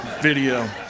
video